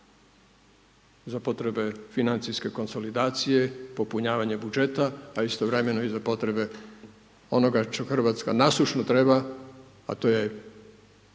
za potrebe financijske konsolidacije, popunjavanje budžeta, a istovremeno i za potrebe onoga što Hrvatska nasušno treba, a to je